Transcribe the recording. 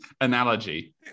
Analogy